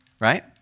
right